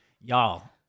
Y'all